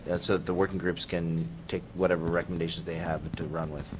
that's ah the working groups can take whatever recommendations they have to run with.